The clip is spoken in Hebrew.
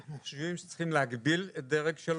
אנחנו חושבים שצריכים להגדיל את דרג 3